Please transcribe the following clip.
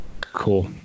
cool